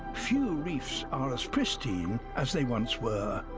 few reefs are as pristine as they once were,